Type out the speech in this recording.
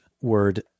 word